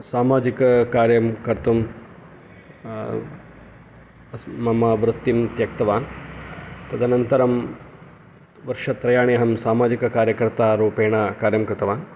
सामाजिककार्यं कर्तुं मम वृत्तिं त्यक्तवान् तदनन्तरं वर्षत्रयाणि अहं सामाजिककार्यकर्ता रूपेण कार्यं कृतवान्